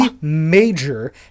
major